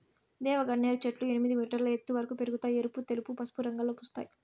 దేవగన్నేరు చెట్లు ఎనిమిది మీటర్ల ఎత్తు వరకు పెరగుతాయి, ఎరుపు, తెలుపు, పసుపు రంగులలో పూస్తాయి